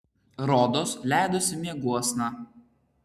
rodos leidosi mieguosna